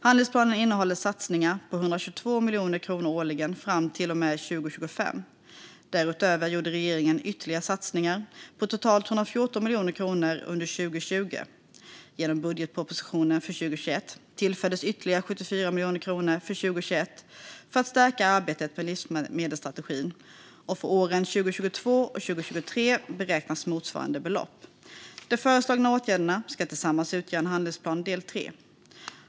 Handlingsplanen innehåller satsningar på 122 miljoner kronor årligen fram till och med 2025. Därutöver gjorde regeringen ytterligare satsningar på totalt 114 miljoner kronor under 2020. Genom budgetpropositionen för 2021 tillfördes ytterligare 74 miljoner kronor för 2021 för att förstärka arbetet med livsmedelsstrategin, och för åren 2022 och 2023 beräknas motsvarande belopp. De föreslagna åtgärderna ska tillsammans utgöra en handlingsplan del 3.